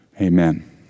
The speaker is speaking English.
amen